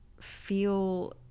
feel